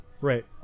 Right